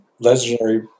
legendary